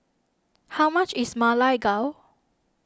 how much is Ma Lai Gao